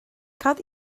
cad